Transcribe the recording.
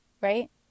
Right